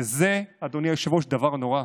וזה, אדוני היושב-ראש, דבר נורא.